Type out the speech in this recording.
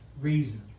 reason